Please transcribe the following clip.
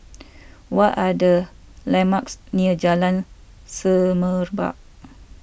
what are the landmarks near Jalan Semerbak